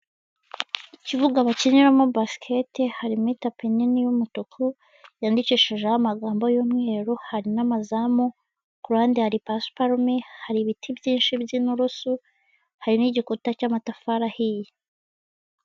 Ikibuga bakiniramo basikete harimo tapi nini y'umutuku yandikishijeho amagambo y'umweru, hari n'amazamu kuruhande hari pasiparume hari ibiti byinshi by'ininturusu hari n'igikuta cy'amatafari ahiye.